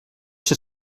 ser